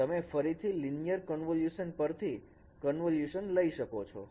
તમે ફરીથી linear convolution પરથી કન્વોલ્યુશન લઈ શકો છો